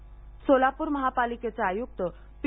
लस सोलापूर महापालिकेचे आयुक्त पी